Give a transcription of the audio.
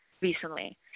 recently